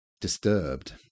disturbed